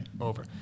Over